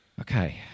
Okay